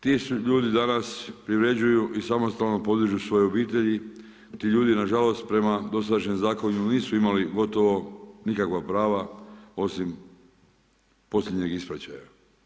Ti su ljudi danas privređuju i samostalno podižu svoje obitelji, ti ljudi nažalost prema dosadašnjem zakonu nisu imali gotovo nikakva prava osim posljednjeg ispraćaja.